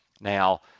Now